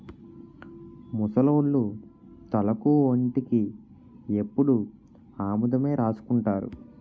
ముసలోళ్లు తలకు ఒంటికి ఎప్పుడు ఆముదమే రాసుకుంటారు